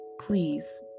please